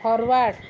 forward